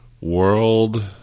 world